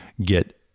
get